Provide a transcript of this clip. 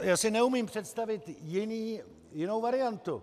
Já si neumím představit jinou variantu.